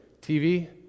TV